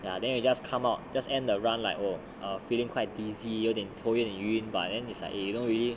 ya then you just come out just end the run like oh feeling quite dizzy 有点头有点晕 but then it's like eh you know really